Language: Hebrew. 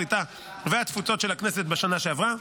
הקליטה והתפוצות של הכנסת בשנה שעברה,